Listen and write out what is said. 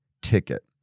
ticket